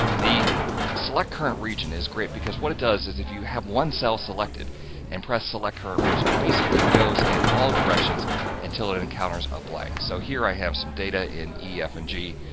the select current region is great because what it does is, if you have one cell selected and press select current region, it basically goes in all directions until it it encounters a blank. so, here, i have some data in e, f, and g.